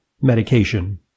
medication